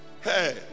hey